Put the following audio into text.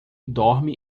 dorme